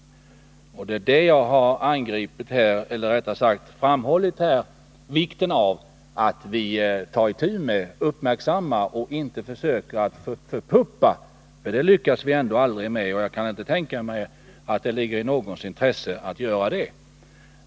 Jag har här framhållit vikten av att vi taritu med den frågan i stället för att försöka få den förpuppad, för det lyckas vi ändå aldrig med, och jag kan inte heller tänka mig att det ligger i någons intresse.